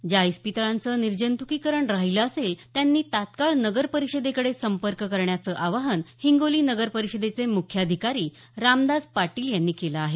ज्या इस्पितळांचं निर्जंतुकीकरण राहिलं असेल त्यांनी तात्काळ नगर परिषदेकडे संपर्क करण्याचं आवाहन हिंगोली नगरपरिषदेचे मुख्याधिकारी रामदास पाटील यांनी केलं आहे